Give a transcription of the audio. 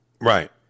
Right